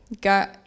got